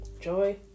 joy